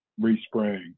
respraying